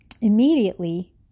immediately